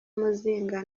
muzinga